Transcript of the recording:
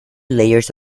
layers